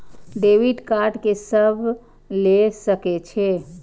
Debit card के सब ले सके छै?